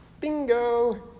bingo